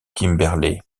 kimberley